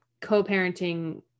co-parenting